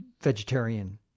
vegetarian